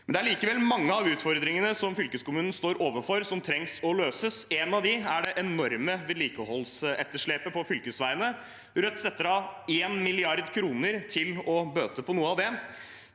Det er likevel mange av utfordringene fylkeskommunene står overfor, som trengs å løses. En av dem er det enorme vedlikeholdsetterslepet på fylkesveiene. Rødt setter av 1 mrd. kr til å bøte på noe av det.